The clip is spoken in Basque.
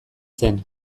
zen